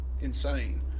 insane